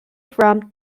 from